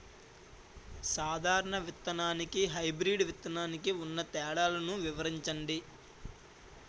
సాధారణ విత్తననికి, హైబ్రిడ్ విత్తనానికి ఉన్న తేడాలను వివరించండి?